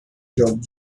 job